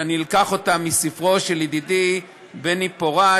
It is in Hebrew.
ואני אקח אותן מספרו של ידידי בני פורת,